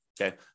okay